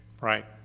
Right